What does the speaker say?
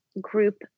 group